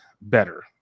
better